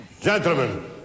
Gentlemen